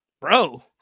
bro